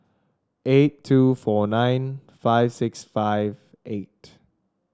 eight two four nine five six five eight